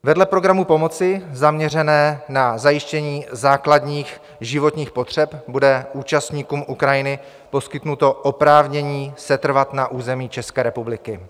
Vedle programu pomoci zaměřeného na zajištění základních životních potřeb bude účastníkům Ukrajiny poskytnuto oprávnění setrvat na území České republiky.